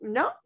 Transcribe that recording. no